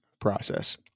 process